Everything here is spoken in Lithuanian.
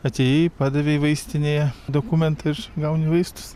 atėjai padavei vaistinėje dokumentą ir gauni vaistus